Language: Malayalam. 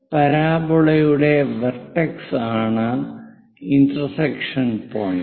പരാബോളയുടെ വെർട്ടെക്സ് ആണ് ഇന്റർസെക്ഷൻ പോയിന്റ്